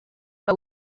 but